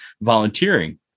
volunteering